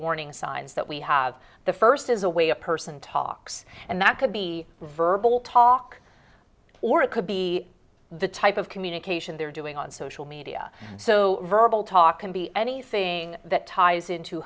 warning signs that we have the first is a way a person talks and that could be verbal talk or it could be the type of communication they're doing on social media so verbal talk can be anything that ties into